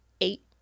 eight